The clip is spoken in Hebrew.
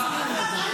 הליכוד זה רמה.